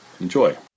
Enjoy